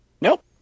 nope